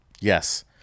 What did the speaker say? Yes